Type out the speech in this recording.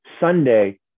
Sunday